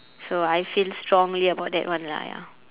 so I feel strongly about that one lah ya